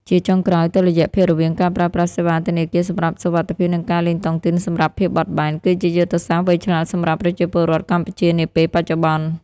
ជាចុងក្រោយ តុល្យភាពរវាងការប្រើប្រាស់សេវាធនាគារសម្រាប់សុវត្ថិភាព និងការលេងតុងទីនសម្រាប់ភាពបត់បែន គឺជាយុទ្ធសាស្ត្រវៃឆ្លាតសម្រាប់ប្រជាពលរដ្ឋកម្ពុជានាពេលបច្ចុប្បន្ន។